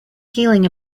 healing